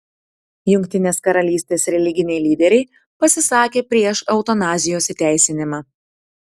jungtinės karalystės religiniai lyderiai pasisakė prieš eutanazijos įteisinimą